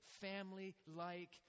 family-like